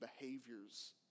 behaviors